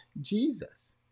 Jesus